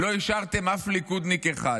לא אישרתם אף ליכודניק אחד.